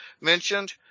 mentioned